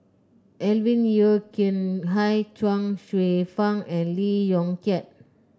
Alvin Yeo Khirn Hai Chuang Hsueh Fang and Lee Yong Kiat